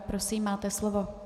Prosím, máte slovo.